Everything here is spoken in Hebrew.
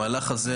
המהלך הזה,